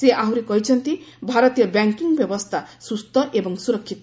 ସେ ଆହୁରି କହିଛନ୍ତି ଭାରତୀୟ ବ୍ୟାଙ୍କିଙ୍ଗ୍ ବ୍ୟବସ୍ଥା ସୁସ୍ଥ ଏବଂ ସୁରକ୍ଷିତ